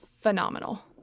phenomenal